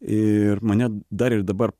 ir mane dar ir dabar